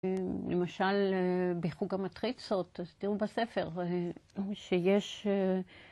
למשל בחוג המטריצות, תראו בספר, שיש